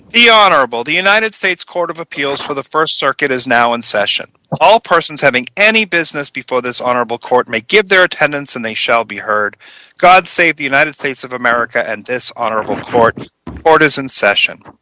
the honorable the united states court of appeals for the st circuit is now in session all persons having any business before this honorable court may give their attendance and they shall be heard god save the united states of america and this honorable court order is in session